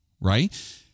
right